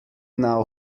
now